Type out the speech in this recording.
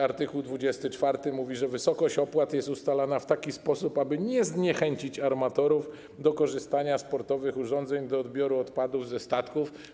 Art. 24 mówi, że wysokość opłat jest ustalana w taki sposób, aby nie zniechęcić armatorów do korzystania z portowych urządzeń do odbioru odpadów ze statków.